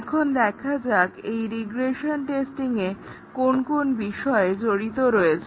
এখন দেখা যাক এই রিগ্রেশন টেস্টিংয়ে কোন কোন বিষয় জড়িত রয়েছে